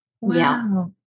wow